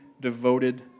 devoted